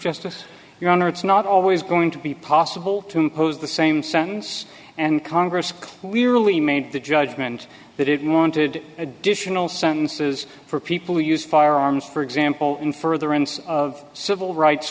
justice your honor it's not always going to be possible to impose the same sentence and congress we really made the judgment that it wanted additional sentences for people who use firearms for example in furtherance of civil rights